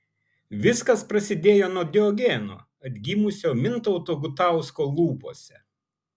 viskas prasidėjo nuo diogeno atgimusio mintauto gutausko lūpose